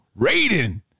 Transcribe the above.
raiden